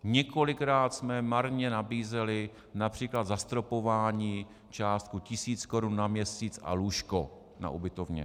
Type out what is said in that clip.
Několikrát jsme marně nabízeli například zastropování částkou tisíc korun na měsíc a lůžko na ubytovně.